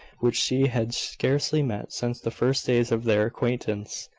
which she had scarcely met since the first days of their acquaintance.